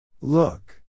look